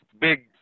big